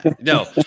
No